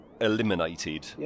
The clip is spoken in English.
eliminated